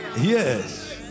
Yes